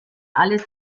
alles